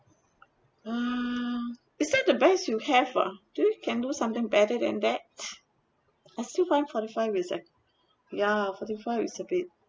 um it's that the best you have ah do you can do something better than that I still find forty five is a ya forty five is a bit